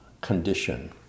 condition